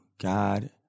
God